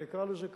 אני אקרא לזה כך.